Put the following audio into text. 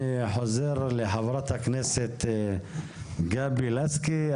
אני חוזר לחה"כ גבי לסקי.